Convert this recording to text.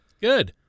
Good